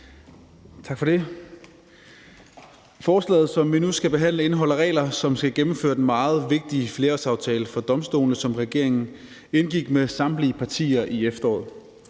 Tak for det. Forslaget, som vi nu skal behandle, indeholder regler, som skal gennemføre den meget vigtige flerårsaftale for domstolene, som regeringen indgik med samtlige partier i efteråret.